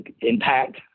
impact